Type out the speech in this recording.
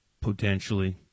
potentially